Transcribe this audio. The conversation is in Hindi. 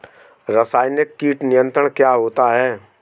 रसायनिक कीट नियंत्रण क्या होता है?